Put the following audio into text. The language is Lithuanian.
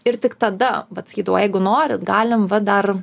ir tik tada vat sakydavau jeigu norit galim va dar